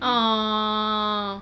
orh